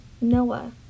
Noah